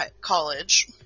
college